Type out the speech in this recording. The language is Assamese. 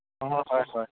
অঁ হয় হয়